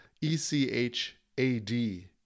E-C-H-A-D